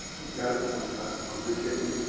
he's got a point about the lumber chicken.